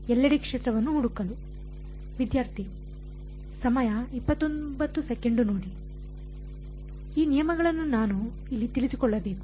ಎಲ್ಲೆಡೆ ಕ್ಷೇತ್ರವನ್ನು ಹುಡುಕಲು ಈ ನಿಯಮಗಳನ್ನು ನಾನು ಇಲ್ಲಿ ತಿಳಿದುಕೊಳ್ಳಬೇಕು